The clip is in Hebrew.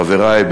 חברי,